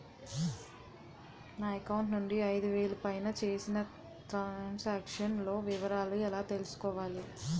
నా అకౌంట్ నుండి ఐదు వేలు పైన చేసిన త్రం సాంక్షన్ లో వివరాలు ఎలా తెలుసుకోవాలి?